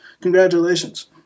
congratulations